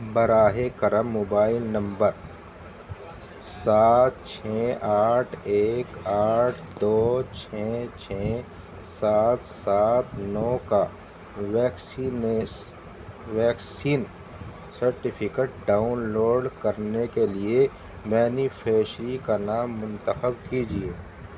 براہ کرم mobile number سات چھ آٹھ ایک آٹھ دو چھ چھ سات سات نو کا ویکسین سرٹیفکیٹ ڈاؤنلوڈ کرنے کے لیے بینیفیشری کا نام منتخب کیجیے